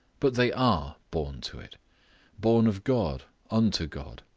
but they are born to it born of god, unto god,